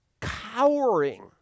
cowering